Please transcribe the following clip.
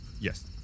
Yes